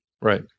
right